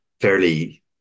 fairly